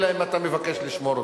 אלא אם אתה מבקש לשמור אותה.